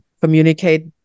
communicate